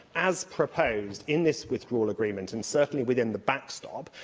as proposed in this withdrawal agreement, and certainly within the backstop,